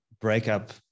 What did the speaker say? breakup